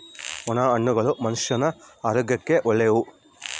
ಒಣ ಹಣ್ಣುಗಳು ಮನುಷ್ಯನ ಆರೋಗ್ಯಕ್ಕ ಒಳ್ಳೆವು